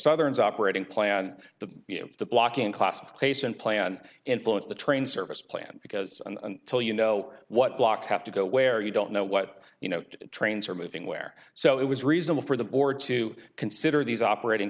operating plan the you know the blocking classification plan influence the train service plan because until you know what blocks have to go where you don't know what you know trains are moving where so it was reasonable for the board to consider these operating